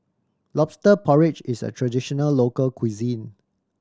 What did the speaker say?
Lobster Porridge is a traditional local cuisine